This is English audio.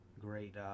great